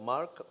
Mark